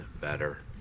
better